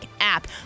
app